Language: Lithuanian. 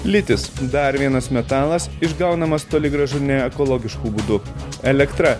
litis dar vienas metalas išgaunamas toli gražu ne ekologišku būdu elektra